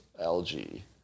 algae